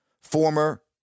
former